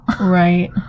Right